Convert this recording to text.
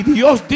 Dios